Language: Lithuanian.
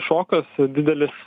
šokas didelis